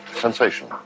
sensation